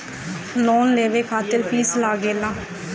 Loan लेवे खातिर fees लागेला?